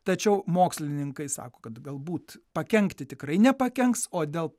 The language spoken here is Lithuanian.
tačiau mokslininkai sako kad galbūt pakenkti tikrai nepakenks o dėl